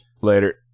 later